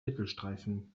mittelstreifen